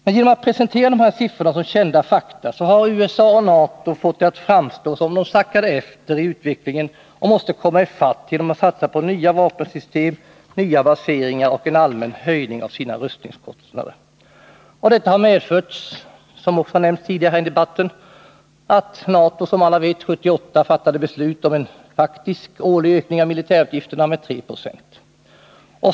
Genom att presentera de här siffrorna som kända fakta har USA och NATO fått det att framstå som om de sackade efter i utvecklingen och måste komma i fatt genom att satsa på nya vapensystem, nya baseringar och en allmän höjning av rustningskostnaderna. Detta har medfört, som också har nämnts tidigare i debatten, att NATO, som alla vet, år 1978 fattade beslut om en faktisk årlig ökning av militärutgifterna med 3 20.